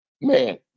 man